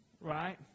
Right